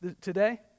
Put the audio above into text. today